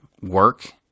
work